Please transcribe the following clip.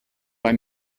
bei